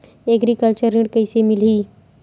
Agriculture ऋण कइसे मिलही?